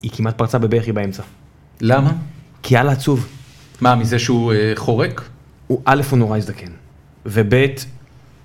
היא כמעט פרצה בבכי באמצע. למה? כי היה לה עצוב. מה, מזה שהוא חורק? הוא א', הוא נורא הזדקן. וב',